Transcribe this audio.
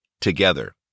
together